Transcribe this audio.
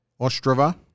Ostrava